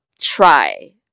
try